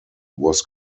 was